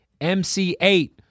MC8